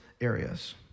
areas